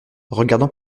regardant